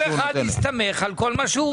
כל אחד יסתמך על כל מה שהוא רוצה.